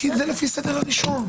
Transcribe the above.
כי זה לפי סדר הרישום.